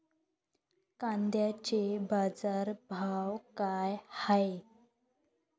कांद्याचे बाजार भाव का हाये?